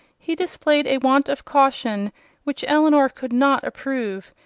he displayed a want of caution which elinor could not approve,